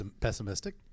pessimistic